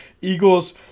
Eagles